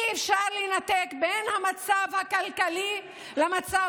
אי-אפשר לנתק בין המצב הכלכלי למצב